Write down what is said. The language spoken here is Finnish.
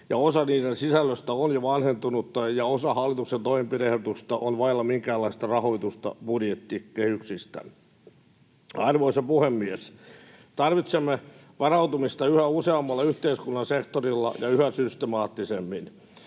ja osa niiden sisällöstä on jo vanhentunutta, ja osa hallituksen toimenpide-ehdotuksista on vailla minkäänlaista rahoitusta budjettikehyksistä. Arvoisa puhemies! Tarvitsemme varautumista yhä useammalla yhteiskunnan sektorilla ja yhä systemaattisemmin.